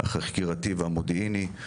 החקירתי והמודיעיני,